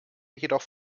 jedoch